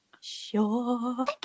sure